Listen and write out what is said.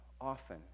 often